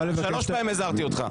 שלוש פעמים הזהרתי אותך.